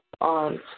on